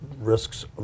risks